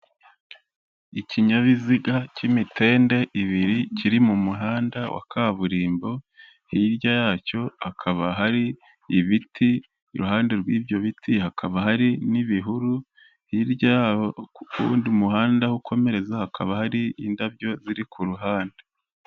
Ikinyabiziga cy'imitende ibiri, kiri mu muhanda wa kaburimbo, hirya yacyo hakaba hari ibiti, iruhande rw'ibyo biti hakaba hari n'ibihuru, hirya ku wundi muhanda ukomereza, hakaba hari indabyo ziri ku ruhande.